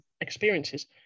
experiences